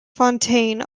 fontaine